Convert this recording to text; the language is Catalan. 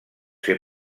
ser